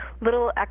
little